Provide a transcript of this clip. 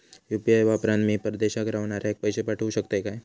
UPI वापरान मी परदेशाक रव्हनाऱ्याक पैशे पाठवु शकतय काय?